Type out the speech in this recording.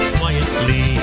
quietly